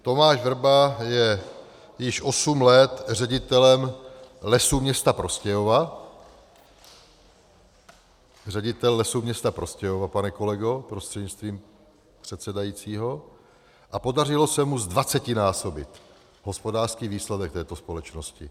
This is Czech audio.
Tomáš Vrba je již osm let ředitelem Lesů města Prostějova ředitel Lesů města Prostějova, pane kolego prostřednictvím pana předsedajícího a podařilo se mu zdvacetinásobit hospodářský výsledek této společnosti.